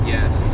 Yes